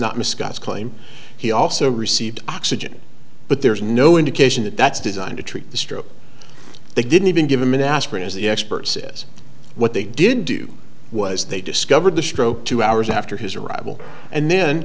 scott's claim he also received oxygen but there's no indication that that's designed to treat the stroke they didn't even give him an aspirin as the experts is what they did do was they discovered the stroke two hours after his arrival and then